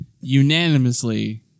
Unanimously